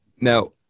Now